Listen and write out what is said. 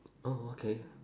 oh okay